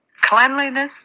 cleanliness